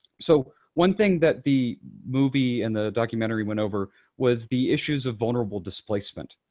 so one thing that the movie and the documentary went over was the issues of vulnerable displacement,